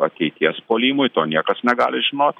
ateities puolimui to niekas negali žinot